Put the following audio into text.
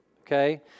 Okay